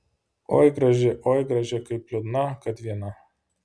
oi graži oi graži kaip liūdna kad viena